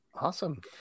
Awesome